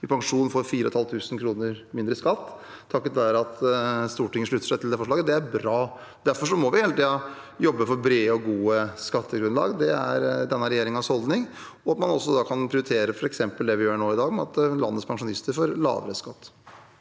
i pensjon, får man 4 500 kr mindre i skatt, takket være at Stortinget slutter seg til det forslaget. Det er bra. Vi må hele tiden jobbe for brede og gode skattegrunnlag, det er denne regjeringens holdning, og også at man da kan prioritere f.eks. det vi gjør nå i dag, at landets pensjonister får lavere skatt.